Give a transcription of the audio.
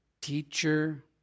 teacher